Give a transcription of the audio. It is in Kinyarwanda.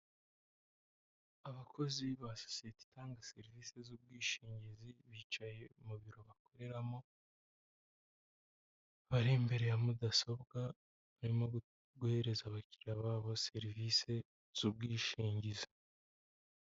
Abakozi ba sosiyete itanga serivisi z'ubwishingizi bicaye mu biro bakoreramo bari imbere ya mudasobwa barimo guhereza abakiliriya babo serivisi z'ubwishingizi.